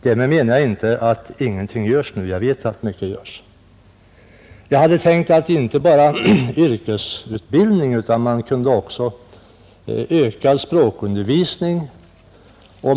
Därmed menar jag inte att ingenting nu görs; jag vet att mycket görs. Jag hade tänkt att de kunde användas inte bara för yrkesutbildning utan även för utökad språkundervisning.